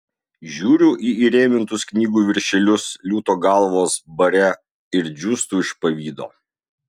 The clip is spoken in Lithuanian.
žiūriu į įrėmintus knygų viršelius liūto galvos bare ir džiūstu iš pavydo